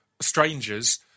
strangers